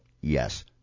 Yes